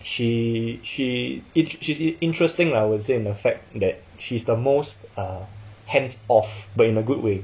she she it she's interesting lah I would say and the fact that she's the most ah hands off but in a good way